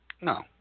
No